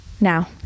Now